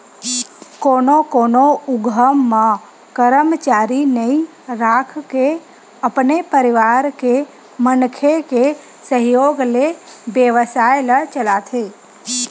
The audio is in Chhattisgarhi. कोनो कोनो उद्यम म करमचारी नइ राखके अपने परवार के मनखे के सहयोग ले बेवसाय ल चलाथे